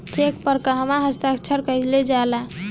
Check पर कहवा हस्ताक्षर कैल जाइ?